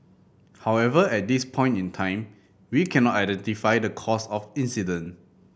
however at this point in time we cannot identify the cause of incident